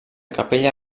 capella